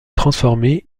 transformer